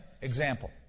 Example